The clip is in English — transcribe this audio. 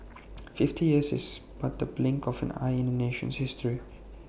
fifty years is but the blink of an eye in A nation's history